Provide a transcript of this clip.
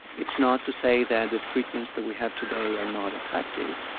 it's not to say that the treatments that we have today are not effective,